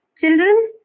Children